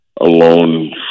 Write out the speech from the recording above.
alone